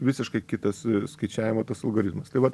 visiškai kitas skaičiavimo tas algoritmas tai vat